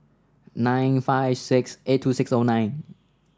nine five six eight two six O nine